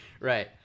Right